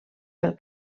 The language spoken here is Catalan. pel